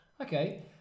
Okay